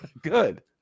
Good